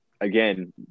again